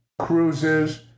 cruises